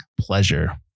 pleasure